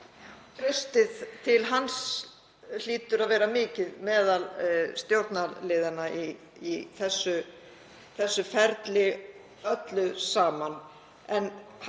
traustið til hans hlýtur að vera mikið meðal stjórnarliðanna í þessu ferli öllu saman.